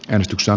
äänestyksen